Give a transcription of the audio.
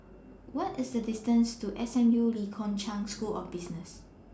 What IS The distance to S M U Lee Kong Chian School of Business